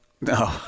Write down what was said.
No